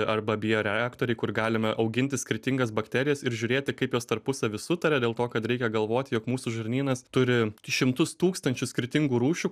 arba bioreaktoriai kur galime auginti skirtingas bakterijas ir žiūrėti kaip jos tarpusavy sutaria dėl to kad reikia galvot jog mūsų žarnynas turi šimtus tūkstančių skirtingų rūšių